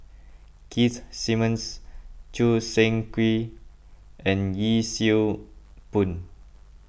Keith Simmons Choo Seng Quee and Yee Siew Pun